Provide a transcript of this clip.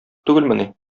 түгелмени